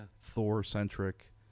Thor-centric